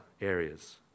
areas